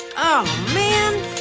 oh, man!